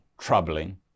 troubling